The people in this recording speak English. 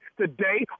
today